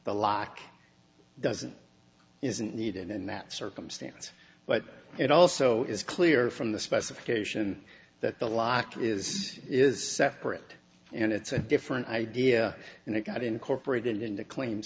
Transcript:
the lock doesn't isn't needed in that circumstance but it also is clear from the specification that the lock is is separate and it's a different idea and it got incorporated into claim